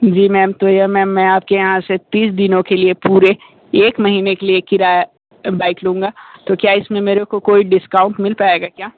जी ma'am तो यह ma'am मैं आपके यहाँ से तीस दिनों के लिए पूरे एक महीने के लिए किराया बाइक लूँगा तो क्या इसमें मेरे को कोई डिस्काउंट मिल पाएगा क्या